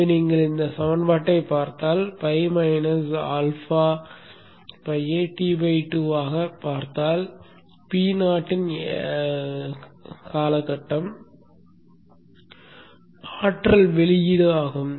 எனவே நீங்கள் இந்த சமன்பாட்டைப் பார்த்தால் பை மைனஸ் ஆல்ஃபா பையை டி2 ஆகப் பார்த்தால் Poவின் எடையுள்ள காலகட்டம் ஆற்றல் வெளியீடு ஆகும்